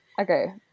Okay